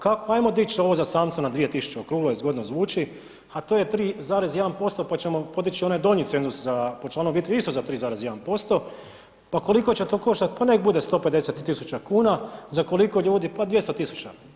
Kako, ajmo dići ovo za samca na 2.000 okruglo je, zgodno zvuči, a to je 3,1% pa ćemo podići i onaj donji cenzus za, po članu obitelji isto za 3,1%, pa koliko će to koštati, pa neka bude 150.000 kuna, za koliko ljudi, pa 200.000.